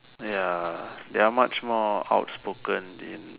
ya they are much more outspoken in